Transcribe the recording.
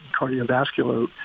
cardiovascular